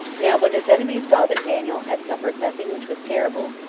now when his enemies saw that daniel had suffered nothing which was terrible,